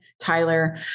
Tyler